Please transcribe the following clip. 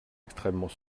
extrêmement